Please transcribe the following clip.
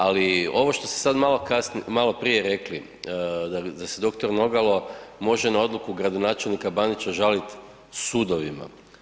Ali, ovo šte ste sad malo prije rekli, da se dr. Nogalo može na odluku gradonačelnika Bandića žaliti sudovima.